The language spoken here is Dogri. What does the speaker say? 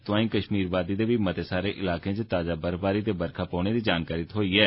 तोआई कश्मीर वादी दे बी मते सारे इलाकें च ताजा बर्फबारी ते बरखा दी जानकारी थ्हो ऐ